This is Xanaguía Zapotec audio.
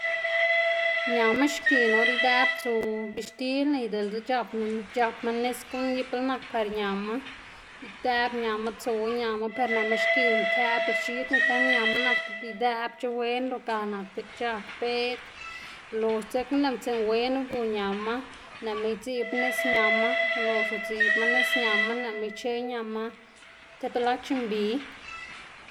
ñama xkiꞌn or idëꞌb tsu bixtil y diꞌltse c̲h̲apma c̲h̲apma nis guꞌn ibil nak par ñama idëꞌb ñama tsuwa ñama per nëꞌma xkiꞌn këꞌbla x̱id nkwen ñama nak idëꞌbc̲h̲e wen lo ga nak diꞌt c̲h̲ag bëd lox dzekna lëꞌ mtsiꞌn wen uyu ñama nëꞌma idziꞌb nis ñama ulox udziꞌbma nis ñama nëꞌma ic̲h̲eꞌ ñama tib lac̲h̲ mbi.